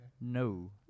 No